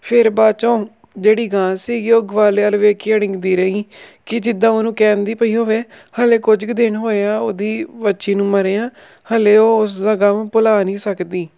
ਫਿਰ ਬਾਅਦ ਚੋਂ ਜਿਹੜੀ ਗਾਂ ਸੀਗੀ ਉਹ ਗਵਾਲੇ ਵੱਲ ਵੇਖ ਕੇ ਅੜਿੰਗਦੀ ਰਹੀ ਕਿ ਜਿੱਦਾਂ ਉਹਨੂੰ ਕਹਿੰਦੀ ਪਈ ਹੋਵੇ ਹਾਲੇ ਕੁਝ ਕੁ ਦਿਨ ਹੋਏ ਆ ਉਹਦੀ ਵੱਛੀ ਨੂੰ ਮਰਿਆ ਹਾਲੇ ਉਹ ਉਸ ਦਾ ਗਮ ਭੁਲਾ ਨਹੀਂ ਸਕਦੀ